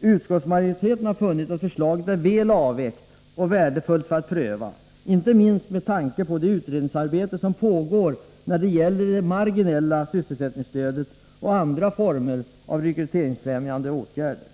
Utskottsmajoriteten har funnit att förslaget är väl avvägt och värdefullt att pröva, inte minst med tanke på det utredningsarbete som pågår om marginella sysselsättningsstöd och andra former av rekryteringsfrämjande åtgärder.